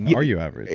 yeah are you average?